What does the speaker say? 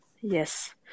Yes